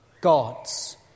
gods